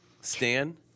Stan